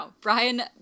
Brian